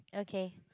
okay